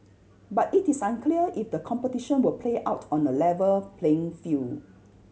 but it is unclear if the competition will play out on a level playing field